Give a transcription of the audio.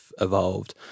evolved